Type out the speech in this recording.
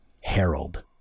harold